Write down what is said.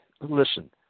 listen